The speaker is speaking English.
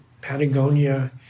Patagonia